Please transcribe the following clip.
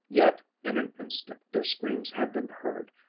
yet in an instant their screams had been heard,